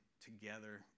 together